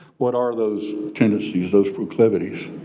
what are those tendencies, those proclivities?